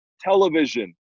Television